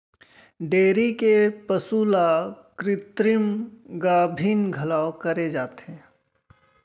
dairy के पसु ल कृत्रिम गाभिन घलौ करे जाथे